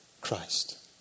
Christ